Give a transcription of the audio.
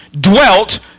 dwelt